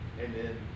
Amen